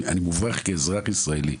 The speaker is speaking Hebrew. אני מובך כאזרח ישראלי.